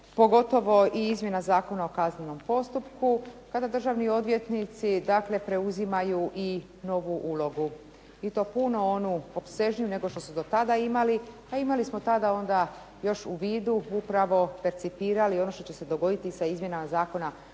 pogotovo i izmjena Zakona o kaznenom postupku, kada državni odvjetnici dakle preuzimaju i novu ulogu, i to puno onu opsežniju nego što su do tada imali, a imali smo tada onda još u vidu upravo percipirali ono što će se dogoditi sa izmjenama Zakona o kaznenom postupku,